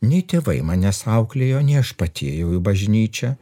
nei tėvai manęs auklėjo nei aš pati ėjau į bažnyčią